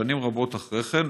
שנים רבות אחרי כן,